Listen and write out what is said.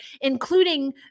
including